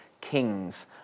kings